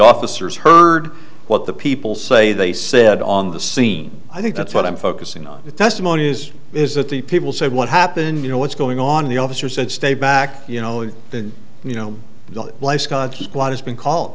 officers heard what the people say they said on the scene i think that's what i'm focusing on the testimony is is that the people say what happened you know what's going on the officer said stay back you know and then you know the life god has blood has been called